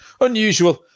unusual